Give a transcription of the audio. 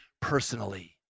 Personally